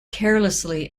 carelessly